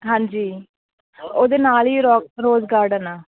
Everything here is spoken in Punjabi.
ਹਾਂਜੀ ਉਹਦੇ ਨਾਲ ਹੀ ਰੋ ਰੋਜ਼ ਗਾਰਡਨ ਆ